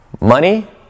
Money